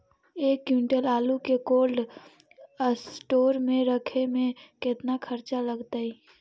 एक क्विंटल आलू के कोल्ड अस्टोर मे रखे मे केतना खरचा लगतइ?